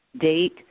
date